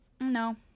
No